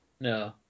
No